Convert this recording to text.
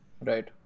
Right